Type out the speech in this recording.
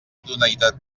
idoneïtat